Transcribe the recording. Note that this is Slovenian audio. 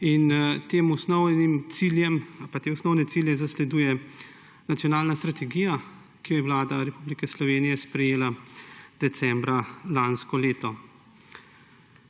in družbe kot take. Te osnovne cilje zasleduje nacionalna strategija, ki jo je Vlada Republike Slovenije sprejela decembra lansko leto.